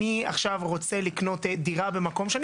אני עכשיו רוצה לקנות דירה במקום שאני